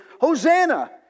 Hosanna